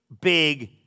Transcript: big